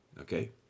okay